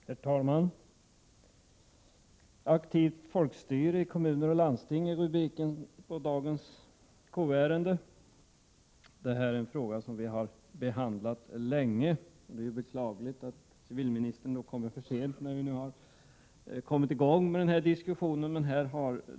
Herr talman! Aktivt folkstyre i kommuner och landsting är rubriken på dagens ärende från konstitutionsutskottet. Det här är en fråga som vi har behandlat länge, och det är beklagligt att civilministern kommer för sent när vi nu har kommit i gång med denna diskussion.